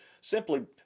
simply